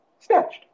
snatched